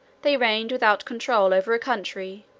they reigned without control over a country,